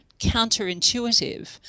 counterintuitive